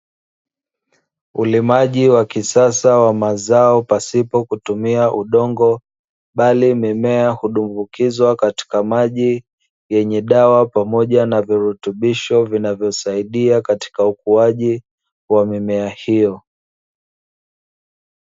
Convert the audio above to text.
Ulimaji wa kisasa wa mazao pasipo kutumia udongo, bali mimea hudumbukizwa katika maji yenye dawa pamoja na virutubisho, vinavyosaidia katika ukuaji wa mimea hiyo.